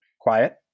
quiet